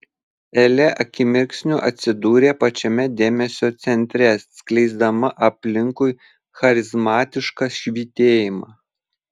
elė akimirksniu atsidūrė pačiame dėmesio centre skleisdama aplinkui charizmatišką švytėjimą